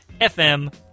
FM